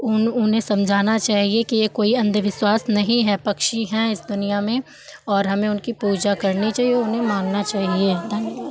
उन उन्हें समझाना चाहिए कि यह कोई अन्धविश्वास नहीं है पक्षी हैं इस दुनिया में और हमें उनकी पूजा करनी चाहिए उन्हें मानना चाहिए धन्यवाद